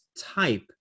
type